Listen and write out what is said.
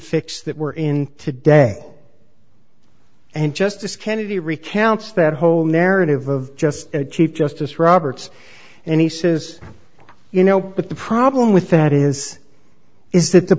fix that were in today and justice kennedy recounts that whole narrative of just chief justice roberts and he says you know what the problem with that is is that the